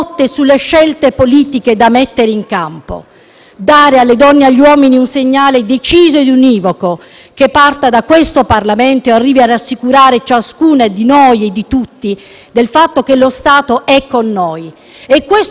dare alle donne e agli uomini un segnale deciso e univoco, che parta da questo Parlamento e arrivi a rassicurare ciascuna di noi e tutti del fatto che lo Stato è con noi. A tal fine, occorre affrontare politicamente il tema